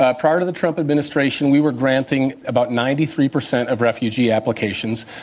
ah prior to the trump administration we were granting about ninety three percent of refugee applications,